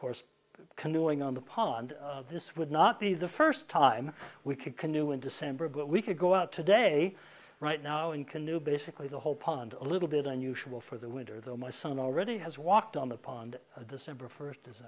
course canoeing on the pond this would not be the first time we could canoe in december but we could go out today right now in canoe basically the whole pond a little bit unusual for the winter though my son already has walked on the pond december first as